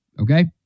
okay